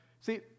See